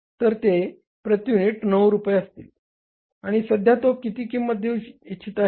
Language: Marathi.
तर ते प्रति युनिट 9 रुपये असतील आणि सध्या तो किती किंमत देऊ इच्छित आहे